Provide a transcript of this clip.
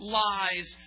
lies